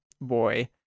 boy